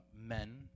men